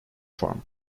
farm